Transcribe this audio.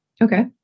Okay